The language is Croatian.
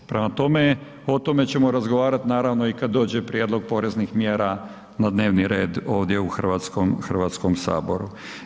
Prema tome, o tome ćemo razgovarati naravno i kad dođe prijedlog poreznih mjera na dnevni red ovdje u Hrvatskom saboru.